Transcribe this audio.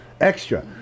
extra